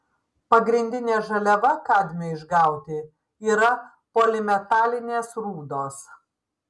pagrindinė žaliava kadmiui išgauti yra polimetalinės rūdos